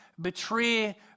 betray